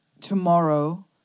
tomorrow